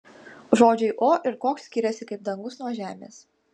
žodžiai o ir koks skiriasi kaip dangus nuo žemės